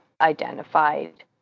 identified